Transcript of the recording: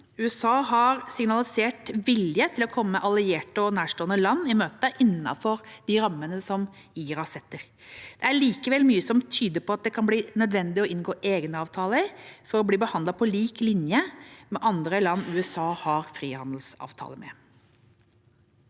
USA har signalisert vilje til å komme allierte og nærstående land i møte – innenfor de rammene som IRA setter. Det er likevel mye som tyder på at det kan bli nødvendig å inngå egne avtaler, for å bli behandlet på lik linje med andre land USA har frihandelsavtaler med.